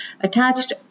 attached